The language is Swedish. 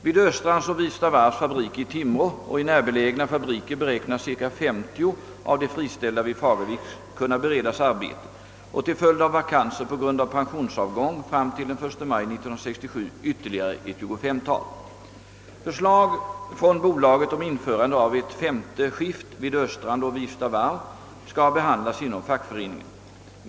Vid Östrands och Wifstavarvs fabriker i Timrå och i närbelägna fabriker beräknas ca 50 av de friställda vid Fagervik kunna beredas arbete och till följd av vakanser på grund av pensionsavgång Förslag från bolaget om införande av ett femte skift vid Östrand och Wifstavarv skall behandlas inom fackföreningen.